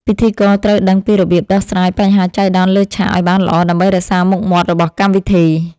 ពិធីករត្រូវដឹងពីរបៀបដោះស្រាយបញ្ហាចៃដន្យលើឆាកឱ្យបានល្អដើម្បីរក្សាមុខមាត់របស់កម្មវិធី។